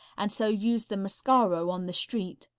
and so use the mascaro on the street.